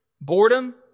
Boredom